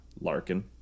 Larkin